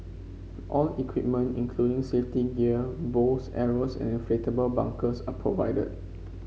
all equipment including safety gear bows arrows and inflatable bunkers are provided